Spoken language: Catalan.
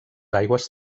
aigües